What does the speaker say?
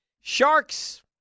Sharks